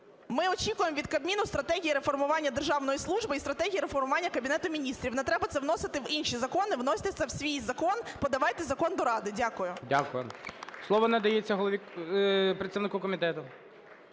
Ми очікуємо від Кабміну стратегії реформування державної служби і стратегії реформування Кабінету Міністрів. Не треба це вносити в інші закони, вносьте це в свій закон, подавайте закон до Ради. Дякую. ГОЛОВУЮЧИЙ. Дякую. Слово надається представнику комітету.